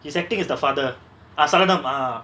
he's acting as the father ah salanam ah